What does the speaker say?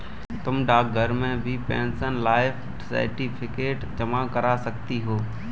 तुम डाकघर में भी पेंशनर लाइफ सर्टिफिकेट जमा करा सकती हो